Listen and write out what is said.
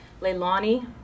Leilani